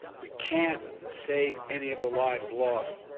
we can't save any of the lives lost,